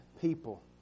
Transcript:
people